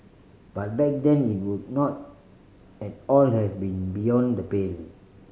but back then it would not at all have been beyond the pale